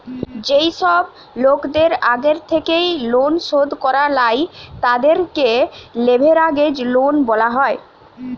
যেই সব লোকদের আগের থেকেই লোন শোধ করা লাই, তাদেরকে লেভেরাগেজ লোন বলা হয়